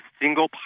single